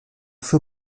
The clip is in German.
für